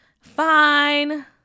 Fine